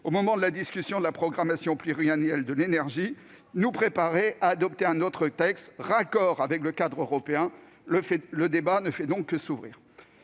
lors de la révision de la programmation pluriannuelle de l'énergie, la PPE, à adopter un autre texte, « raccord » avec le cadre européen. Le débat ne fait donc que s'ouvrir.